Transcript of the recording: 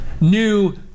new